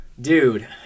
Dude